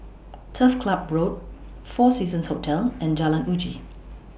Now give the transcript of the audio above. Turf Club Road four Seasons Hotel and Jalan Uji